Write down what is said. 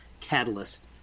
catalyst